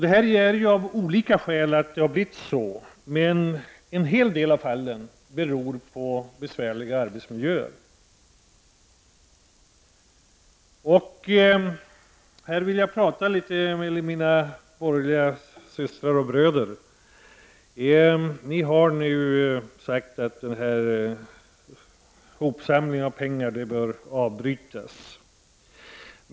Det finns olika skäl till att det har blivit så, men i en hel del av fallen beror det på besvärliga arbetsmiljöer. Här vill jag prata litet med mina borgerliga systrar och bröder. Ni har sagt att hopsamlingen av pengar i arbetsmiljöfonder bör avbrytas.